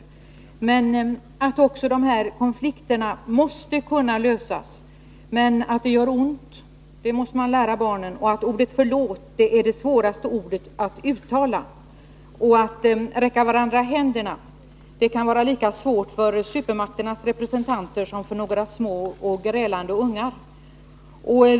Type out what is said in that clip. Det gäller att få unga människor att förstå att dessa konflikter måste kunna lösas. Man måste lära dem att det kan göra ont och att ordet förlåt är det svåraste av alla att uttala. De måste också inse att det kan vara lika svårt för supermakternas representanter att räcka varandra händerna som det är för små och grälande barn.